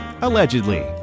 allegedly